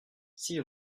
six